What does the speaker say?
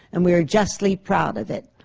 and we are justly proud of it.